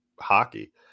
hockey